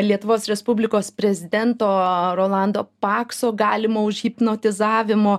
lietuvos respublikos prezidento rolando pakso galimo užhipnotizavimo